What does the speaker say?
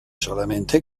solamente